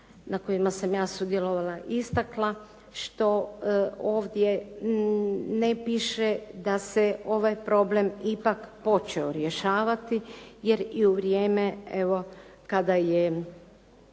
na kojima sam ja sudjelovala istakla što ovdje ne piše da se ovaj problem ipak počeo rješavati jer i u vrijeme evo kada je